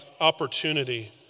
opportunity